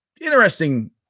interesting